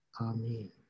Amen